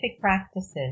practices